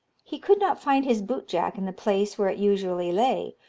he could not find his boot-jack in the place where it usually lay,